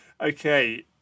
Okay